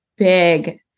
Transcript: big